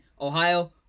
Ohio